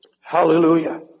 Hallelujah